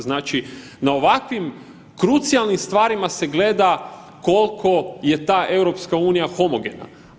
Znači, na ovakvim krucijalnim stvarima se gleda kolko je ta EU homogena.